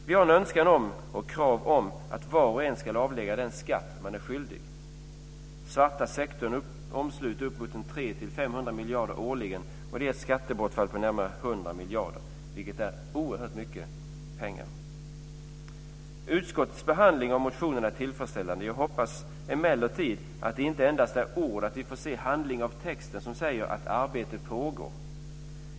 Vi har en önskan om och ställer krav på att var och en ska avlägga den skatt man är skyldig. Den svarta sektorn omsluter upp emot 300-500 miljarder årligen. Det ger ett skattebortfall på närmare 100 miljarder. Det är oerhört mycket pengar. Utskottets behandling av motionerna är tillfredsställande. Jag hoppas emellertid att det inte endast är ord utan att vi får se handling utifrån texten, som säger att arbete pågår.